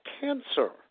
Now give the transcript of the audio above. cancer